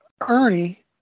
Ernie